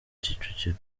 kicukiro